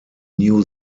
new